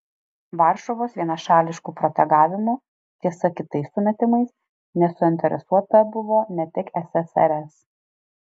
varšuvos vienašališku protegavimu tiesa kitais sumetimais nesuinteresuota buvo ne tik ssrs